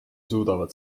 suudavad